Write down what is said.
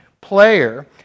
player